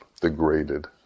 degraded